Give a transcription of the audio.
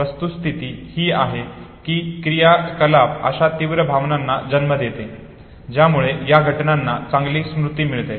वस्तुस्थिती ही आहे कि क्रियाकलाप अशा तीव्र भावनांना जन्म देते ज्यामुळे या घटनांना चांगली स्मृती मिळते